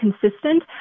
consistent